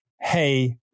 Hey